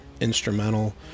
instrumental